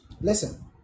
Listen